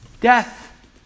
Death